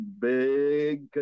big